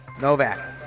Novak